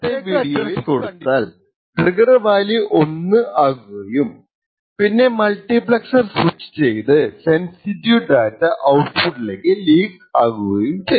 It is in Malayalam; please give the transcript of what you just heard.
അതായതു ഒരു പ്രത്യാക അഡ്രസ് കൊടുത്താൽട്രിഗർ വാല്യൂ 1 ആകുകയും പിന്നെ മൾട്ടിപ്ളെക്സർ സ്വിച്ച് ചെയ്ത് സെൻസിറ്റീവ് ഡാറ്റ ഔട്പുട്ടിലേക്കു ലീക്ക് ആക്കുകയും ചെയ്യുന്നത്